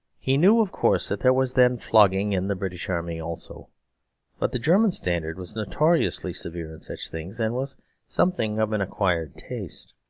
he knew, of course, that there was then flogging in the british army also but the german standard was notoriously severe in such things, and was something of an acquired taste.